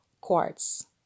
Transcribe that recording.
quartz